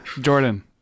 Jordan